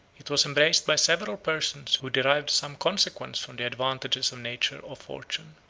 it was embraced by several persons who derived some consequence from the advantages of nature or fortune.